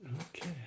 Okay